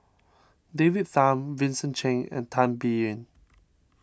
David Tham Vincent Cheng and Tan Biyun